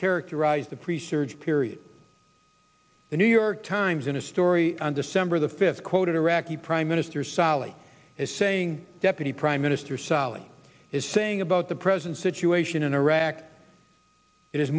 characterized the pre surge period the new york times in a story on december the fifth quoted iraqi prime minister sali as saying deputy prime minister sali is saying about the present situation in iraq i